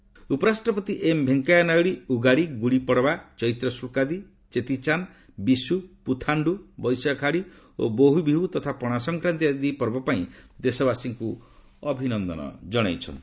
Naidu meetings ଉପରାଷ୍ଟ୍ରପତି M Venkaiah Naidu Ugadi Gudi Padwa Chaitra Shukladi Cheti Chand Vishu Puthandu Vaisakhadi ଓ ବୋହବିହୁ ତଥା ପଣାସଂକ୍ରାନ୍ତୀ ଆଦି ପର୍ବ ପାଇଁ ଦେଶବାସୀଙ୍କୁ ଅଭିନନ୍ଦନ ଜଣାଇଛନ୍ତି